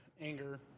anger